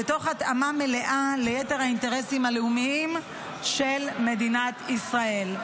ותוך התאמה מלאה ליתר האינטרסים הלאומיים של מדינת ישראל.